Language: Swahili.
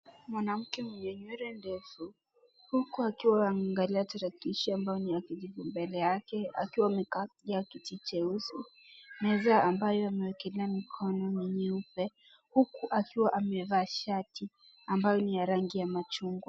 Mwanamke mwenye nywele ndefu huku akiwa anaangalia tarakilishi ambao ni ya kijivu mbele yake akiwa amekalia keti jeusi meza ambao ameekelea mkono ni nyeupe huku akiwa amevaa shati ambayo ni ya rangi majungwa.